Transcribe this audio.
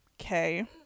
okay